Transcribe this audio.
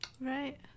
Right